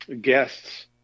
guests